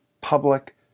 public